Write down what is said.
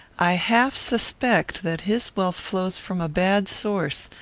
i half suspect that his wealth flows from a bad source,